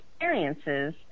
experiences